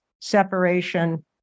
separation